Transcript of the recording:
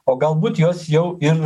o galbūt jos jau ir